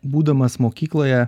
būdamas mokykloje